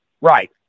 Right